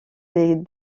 des